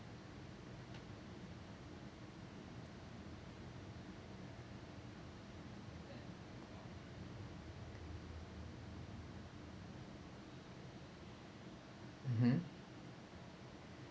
mmhmm